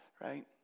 right